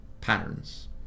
patterns